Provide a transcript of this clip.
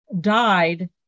died